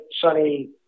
sunny